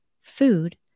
food